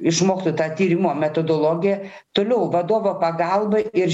išmoktų tą tyrimo metodologiją toliau vadovo pagalba ir